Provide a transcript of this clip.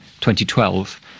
2012